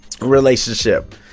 relationship